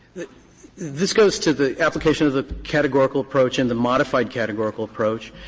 this goes to the application of the categorical approach and the modified categorical approach.